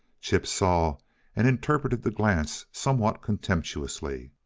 chip saw and interpreted the glance, somewhat contemptuously.